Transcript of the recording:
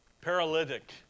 Paralytic